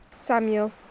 Samuel